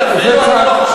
אחריו.